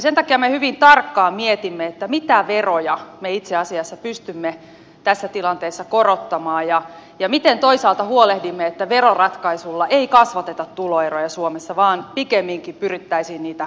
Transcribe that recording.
sen takia me hyvin tarkkaan mietimme mitä veroja me itse asiassa pystymme tässä tilanteessa korottamaan ja miten toisaalta huolehdimme että veroratkaisulla ei kasvateta tuloeroja suomessa vaan pikemminkin pyrittäisiin niitä kaventamaan